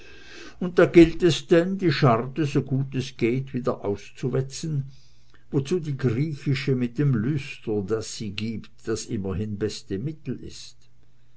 und da gilt es denn die scharte so gut es geht wieder auszuwetzen wozu die griechische mit dem lustre das sie gibt das immerhin beste mittel ist